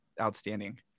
outstanding